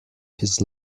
his